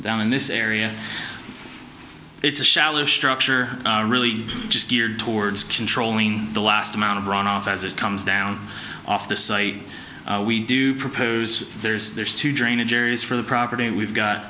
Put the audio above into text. down in this area it's a shallow structure really just geared towards controlling the last amount of runoff as it comes down off the site we do propose there's there's two drainage areas for the property and we've got